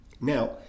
Now